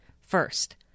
First